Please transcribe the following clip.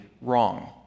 wrong